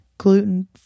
Gluten